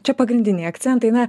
čia pagrindiniai akcentai na